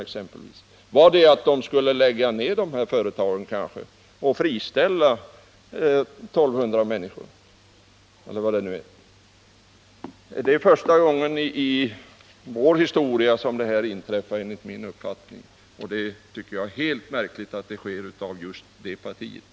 Var kanske kravet i det fallet att man skulle lägga ner de här företagen och friställa 1200 människor, eller hur många de nu är? Det är första gången som sådant inträffar, och jag tycker det är märkligt att det är just centerpartiet som ligger bakom detta.